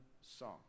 song